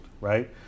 right